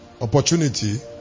opportunity